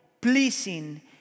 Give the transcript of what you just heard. pleasing